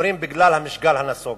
אומרים, בגלל המשגל הנסוג.